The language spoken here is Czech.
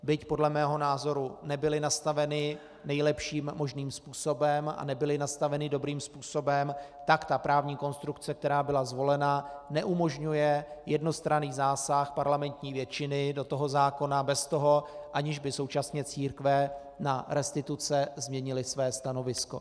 Byť podle mého názoru nebyla nastavena nejlepším možným způsobem a nebyla nastavena dobrým způsobem, tak ta právní konstrukce, která byla zvolena, neumožňuje jednostranný zásah parlamentní většiny do toho zákona bez toho, aniž by současně církve na restituce změnily své stanovisko.